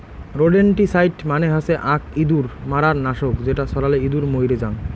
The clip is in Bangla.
রোদেনটিসাইড মানে হসে আক ইঁদুর মারার নাশক যেটা ছড়ালে ইঁদুর মইরে জাং